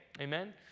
Amen